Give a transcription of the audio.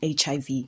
HIV